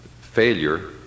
failure